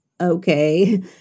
okay